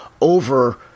over